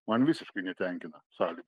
man visiškai netenkina sąlyg